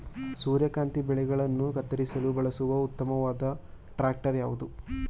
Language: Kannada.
ಸೂರ್ಯಕಾಂತಿ ಬೆಳೆಗಳನ್ನು ಕತ್ತರಿಸಲು ಬಳಸುವ ಉತ್ತಮವಾದ ಟ್ರಾಕ್ಟರ್ ಯಾವುದು?